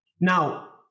now